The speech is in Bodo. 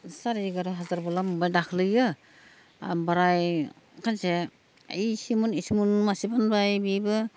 सारे एगार' हाजारब्ला मोनबाय दाखलैयो ओमफ्राय सानसे ऐ सेमोन सेमोन मासे मोनबाय बेबो